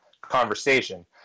conversation